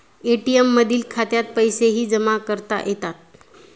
ATM मधील खात्यात पैसेही जमा करता येतात